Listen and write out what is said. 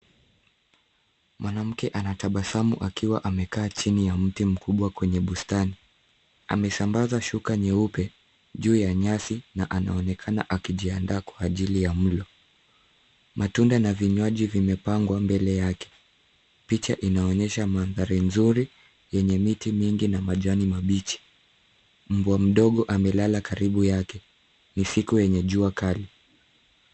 Mwanamke anatabasamu akiwa amekaa chini ya mti mkubwa kwenye bustani. Amesambaza shuka nyeupe, juu ya nyasi na anaonekana akijiandaa kwa ajili ya mlo. Matunda na vinywaji vimepangwa mbele yake. Picha inaonyesha mandhari mzuri, yenye miti ya majani mabichi. Mbwa mdogo amelala karibu yake. Ni siku yenye jua kali.